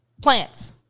Plants